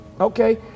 okay